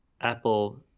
Apple